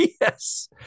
Yes